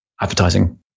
advertising